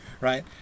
right